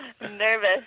nervous